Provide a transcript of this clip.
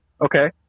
Okay